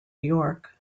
york